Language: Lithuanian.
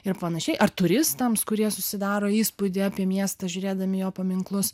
ir panašiai ar turistams kurie susidaro įspūdį apie miestą žiūrėdami jo paminklus